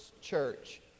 church